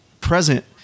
present